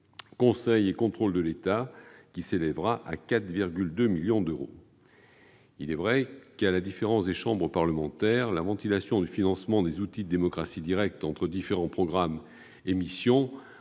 Conseil et contrôle de l'État », s'élèvera à 4,2 millions d'euros. Il est vrai qu'à la différence des chambres parlementaires la ventilation du financement des outils de démocratie directe entre différents programmes et missions